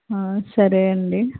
సరే అండి